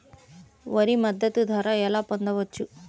వరి మద్దతు ధర ఎలా పొందవచ్చు?